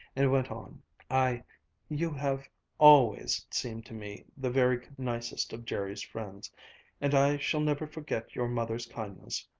and went on i you have always seemed to me the very nicest of jerry's friends and i shall never forget your mother's kindness.